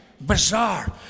Bizarre